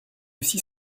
six